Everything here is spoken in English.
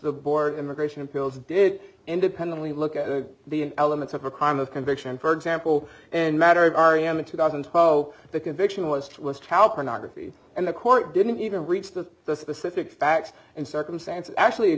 the board immigration appeals did independently look at the elements of a crime of conviction for example and matter of r e m in two thousand and twelve the conviction was it was child pornography and the court didn't even reach to the specific facts and circumstances actually